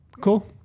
cool